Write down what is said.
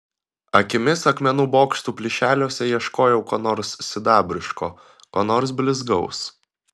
akimis akmenų bokštų plyšeliuose ieškojau ko nors sidabriško ko nors blizgaus